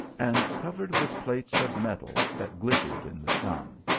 and covered with plates of metal that glittered in the sun.